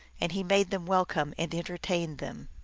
and he made them welcome and entertained them.